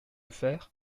faire